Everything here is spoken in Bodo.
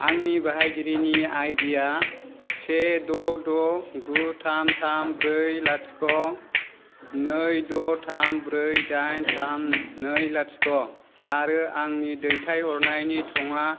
आंनि बाहायगिरिनि आइडि या से द' द' गु थाम थाम ब्रै लाथिख' नै द' थाम ब्रै दाइन थाम नै लाथिख' आरो आंनि दैथायहरनायनि थाङा